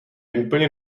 úplně